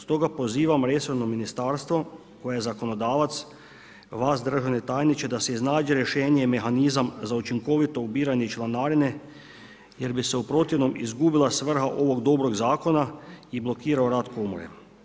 Stoga pozivam resorno ministarstvo koje je zakonodavac, vas državni tajniče da se iznađe rješenje i mehanizam za učinkovito ubiranje članarine jer bi se u protivnom izgubila svrha ovog dobrog zakona i blokirao rad komore.